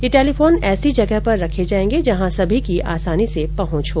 यह टेलीफोन ऐसी जगह रखा जाएगा जहां सभी की आसानी से पहंच हो